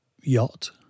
Yacht